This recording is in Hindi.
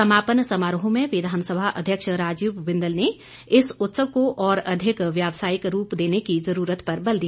समापन समारोह में विधानसभा अध्यक्ष राजीव बिंदल ने इस उत्सव को और अधिक व्यवसायिक रूप देने की जरूरत पर बल दिया